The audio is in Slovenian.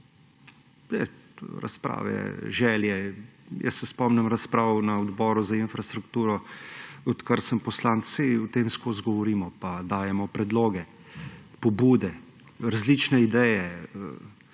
razprave, želje … Spomnim se razprav na Odboru za infrastrukturo. Odkar sem poslanec, saj o tem vseskozi govorimo pa dajemo predloge, pobude, različne ideje.